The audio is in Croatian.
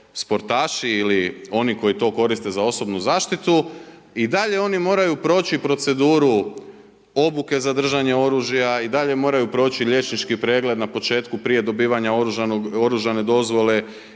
sportaši ili oni koji to koriste za osobnu zaštitu i dalje oni moraju proći proceduru obuke za držanje oružja, i dalje moraju proći liječnički pregled na početku prije dobivanja oružane dozvole,